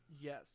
yes